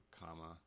comma